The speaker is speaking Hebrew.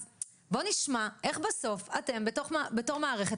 אז בואו נשמע איך בסוף אתם בתור מערכת,